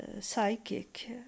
psychic